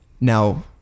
now